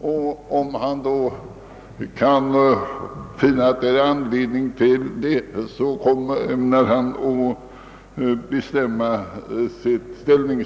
Finner justitieministern då att skäl föreligger till åtgärd ämnar han ta ställning.